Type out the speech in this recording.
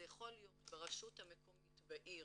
זה יכול להיות ברשות המקומית בעיר